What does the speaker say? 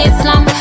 Islam